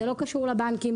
זה לא קשור לבנקים.